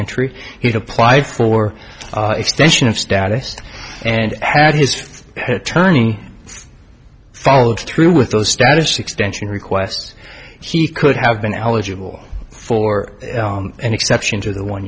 to apply for extension of status and had his attorney follow through with those status extension requests he could have been eligible for an exception to the one